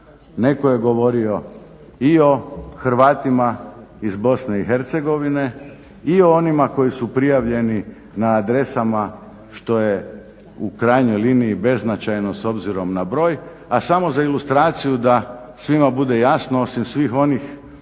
Netko je govorio i o Hrvatima iz BiH i o onima koji su prijavljeni na adresama što je u krajnjoj liniji beznačajno s obzirom na broj. A samo za ilustraciju da svima bude jasno osim svih onih mjesta